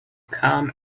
come